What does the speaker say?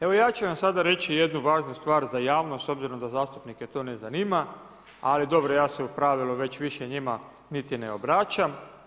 Evo ja ću vam sada reći jednu važnu stvar za javnost s obzirom da zastupnike to ne zanima, ali dobro ja se u pravilu već više njima niti ne obraćam.